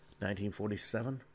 1947